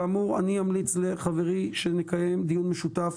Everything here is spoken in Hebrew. כאמור, אמליץ לחברי שנקיים דיון משותף